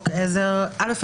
ראשון,